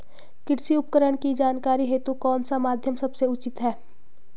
कृषि उपकरण की जानकारी हेतु कौन सा माध्यम सबसे उचित है?